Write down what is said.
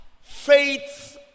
faith